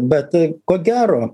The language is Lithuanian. bet ko gero